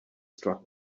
struck